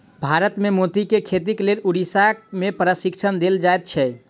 भारत मे मोतीक खेतीक लेल उड़ीसा मे प्रशिक्षण देल जाइत छै